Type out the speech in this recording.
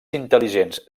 intel·ligents